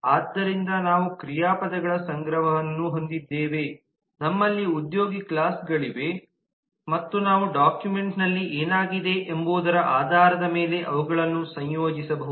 ಆದ್ದರಿಂದ ನಾವು ಕ್ರಿಯಾಪದಗಳ ಸಂಗ್ರಹವನ್ನು ಹೊಂದಿದ್ದೇವೆ ನಮ್ಮಲ್ಲಿ ಉದ್ಯೋಗಿ ಕ್ಲಾಸ್ಗಳಿವೆ ಮತ್ತು ನಾವು ಡಾಕ್ಯುಮೆಂಟ್ನಲ್ಲಿ ಏನಾಗಿದೆ ಎಂಬುದರ ಆಧಾರದ ಮೇಲೆ ಅವುಗಳನ್ನು ಸಂಯೋಜಿಸಬಹುದು